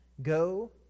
go